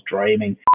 dreaming